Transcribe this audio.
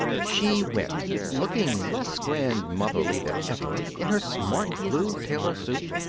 she went looking less grandmotherly than ever in her smart, blue tailor suit,